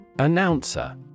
Announcer